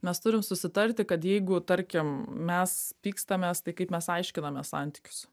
mes turim susitarti kad jeigu tarkim mes pykstamės tai kaip mes aiškinamės santykius